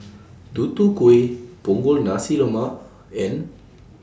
Tutu Kueh Punggol Nasi Lemak and